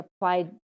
applied